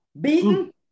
Beaten